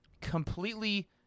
completely